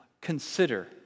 Consider